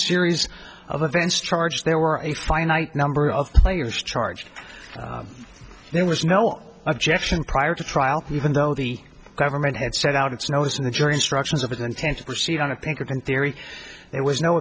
series of events charged there were a finite number of players charged there was no objection prior to trial even though the government had set out its notice in the jury instructions of an intentional seat on a pinkerton theory there was no